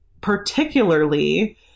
particularly